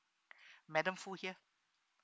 madam foo here